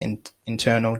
internal